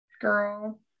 girl